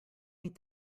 meet